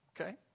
Okay